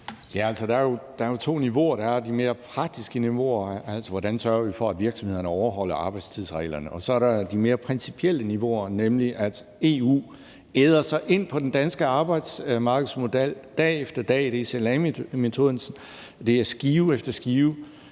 Der er jo to niveauer. Der er det mere praktiske niveau, altså hvordan sørger vi for, at virksomhederne overholder arbejdstidsreglerne, og så er der det mere principielle niveau, nemlig at EU æder sig ind på den danske arbejdsmarkedsmodel dag efter dag. Det er salamimetoden, det er skive efter skive.